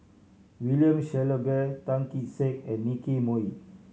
William Shellabear Tan Kee Sek and Nicky Moey